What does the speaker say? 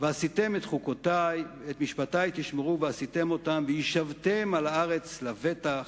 "ועשיתם את חקתי ואת משפטי תשמרו ועשיתם אתם וישבתם על הארץ לבטח,